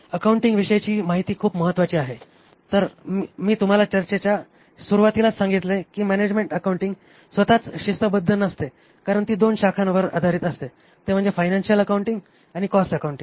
अकाउंटिंगविषयी माहिती खूप महत्वाची आहे मी तुम्हाला चर्चेच्या चर्चेच्या सुरूवातीसच सांगितले की मॅनेजमेंट अकाउंटिंग स्वतःच शिस्तबद्ध नसते कारण ती 2 शाखांवर आधारित असते त्या म्हणजे फायनान्शियल अकाउंटिंग आणि कॉस्ट अकाउंटिंग